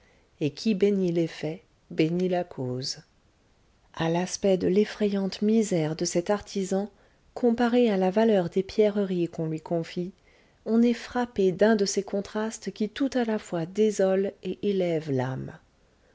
et qui bénit l'effet bénit la cause à l'aspect de l'effrayante misère de cet artisan comparée à la valeur des pierreries qu'on lui confie on est frappé d'un de ces contrastes qui tout à la fois désolent et élèvent l'âme